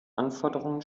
anforderungen